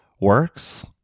works